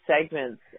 segments